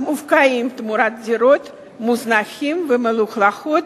מופקעים תמורת דירות מוזנחות ומלוכלכות